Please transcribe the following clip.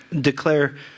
declare